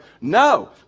no